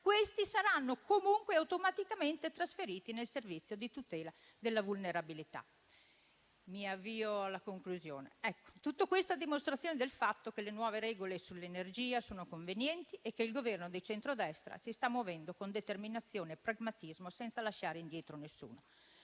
anni saranno invece automaticamente trasferiti comunque nel servizio di tutela della vulnerabilità. Mi avvio alla conclusione, sottolineando che tutto questo dimostra il fatto che le nuove regole sull'energia sono convenienti e che il Governo di centrodestra si sta muovendo con determinazione e pragmatismo, senza lasciare indietro nessuno.